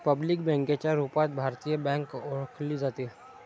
public बँकेच्या रूपात भारतीय बँक ओळखली जाते